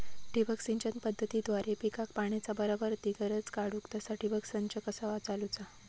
ठिबक सिंचन पद्धतीद्वारे पिकाक पाण्याचा बराबर ती गरज काडूक तसा ठिबक संच कसा चालवुचा?